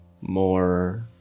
more